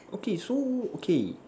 okay so okay